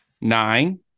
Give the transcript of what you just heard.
nine